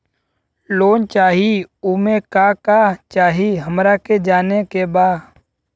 Loan चाही उमे का का चाही हमरा के जाने के बा?